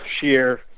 sheer